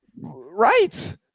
Right